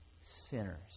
sinners